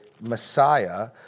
Messiah